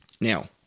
Now